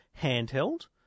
handheld